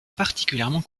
particulièrement